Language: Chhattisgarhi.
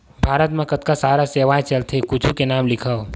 भारत मा कतका सारा सेवाएं चलथे कुछु के नाम लिखव?